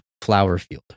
Flowerfield